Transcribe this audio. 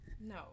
No